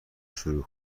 شروع